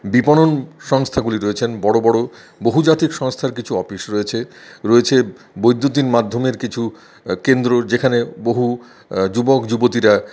বিপণন সংস্থাগুলি রয়েছেন বড়ো বড়ো বহুজাতিক সংস্থার কিছু অফিস রয়েছে রয়েছে বৈদ্যুতিন মাধ্যমের কিছু কেন্দ্র যেখানে বহু যুবক যুবতিরা